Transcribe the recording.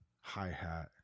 hi-hat